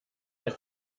ein